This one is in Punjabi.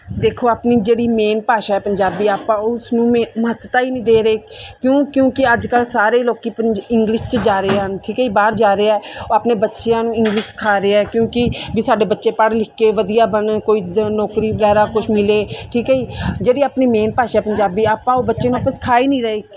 ਦੇਖੋ ਆਪਣੀ ਜਿਹੜੀ ਮੇਨ ਭਾਸ਼ਾ ਪੰਜਾਬੀ ਆਪਾਂ ਉਸ ਨੂੰ ਮੇ ਮਹੱਤਤਾ ਹੀ ਨਹੀਂ ਦੇ ਰਹੇ ਕਿਉਂ ਕਿਉਂਕਿ ਅੱਜ ਕੱਲ੍ਹ ਸਾਰੇ ਲੋਕ ਪੰ ਇੰਗਲਿਸ਼ 'ਚ ਜਾ ਰਹੇ ਹਨ ਠੀਕ ਹੈ ਜੀ ਬਾਹਰ ਜਾ ਰਹੇ ਆ ਉਹ ਆਪਣੇ ਬੱਚਿਆਂ ਨੂੰ ਇੰਗਲਿਸ਼ ਸਿਖਾ ਰਿਹਾ ਕਿਉਂਕਿ ਵੀ ਸਾਡੇ ਬੱਚੇ ਪੜ੍ਹ ਲਿਖ ਕੇ ਵਧੀਆ ਬਣਨ ਕੋਈ ਜ ਨੌਕਰੀ ਵਗੈਰਾ ਕੁਛ ਮਿਲੇ ਠੀਕ ਹੈ ਜੀ ਜਿਹੜੀ ਆਪਣੀ ਮੇਨ ਭਾਸ਼ਾ ਪੰਜਾਬੀ ਆਪਾਂ ਉਹ ਬੱਚੇ ਨੂੰ ਆਪਾਂ ਸਿਖਾ ਹੀ ਨਹੀਂ ਰਹੇ